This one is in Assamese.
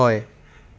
হয়